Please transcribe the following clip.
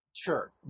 Sure